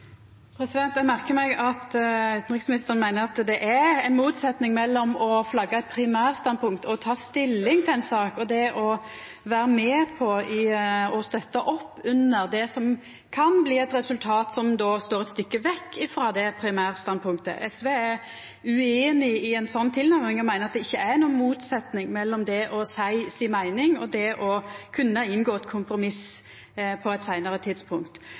Eg merkar meg at utanriksministeren meiner at det er ei motsetning mellom å flagga eit primærstandpunkt og ta stilling til ei sak, og det å vera med på å støtta opp under det som kan bli eit resultat som då står eit stykke vekk frå primærstandpunktet. SV er ueinig i ei sånn tilnærming og meiner at det ikkje er noka motsetning mellom det å seia meininga si og det å kunna inngå eit kompromiss på eit seinare tidspunkt.